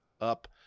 up